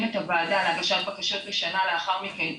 את הוועדה להגשת בקשות לשנה לאחר מכן,